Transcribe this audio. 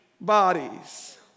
bodies